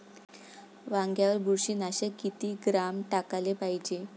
वांग्यावर बुरशी नाशक किती ग्राम टाकाले पायजे?